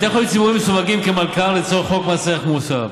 בתי חולים ציבוריים מסווגים כמלכ"ר לצורך חוק מס ערך מוסף,